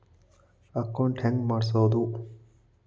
Account ಹೆಂಗ್ ಮಾಡ್ಸೋದು?